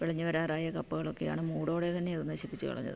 വിളഞ്ഞുവരാറായ കപ്പകളൊക്കെയാണ് മൂടോടെ തന്നെ അത് നശിപ്പിച്ചുകളഞ്ഞത്